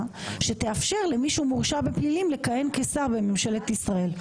שתאפשר למי שהוא מורשע בפלילים לכהן כשר בממשלת ישראל.